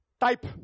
Type